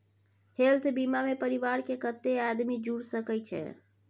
Health बीमा मे परिवार के कत्ते आदमी जुर सके छै?